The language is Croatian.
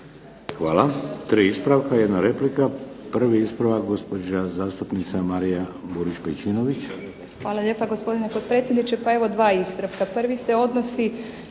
Hvala. Tri ispravka, jedna replika. Prvi ispravak gospođa zastupnika Marija Burić-Pejčnović.